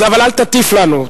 אבל אל תטיף לנו.